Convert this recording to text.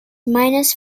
minus